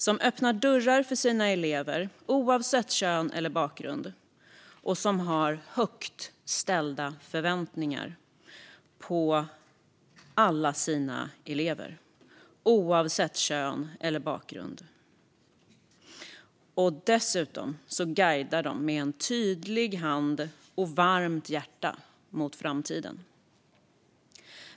De öppnar dörrar för sina elever, oavsett kön eller bakgrund, och har högt ställda förväntningar på alla sina elever. Dessutom guidar de med tydlig hand och varmt hjärta mot framtiden.